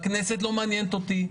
הכנסת לא מעניינת אותי,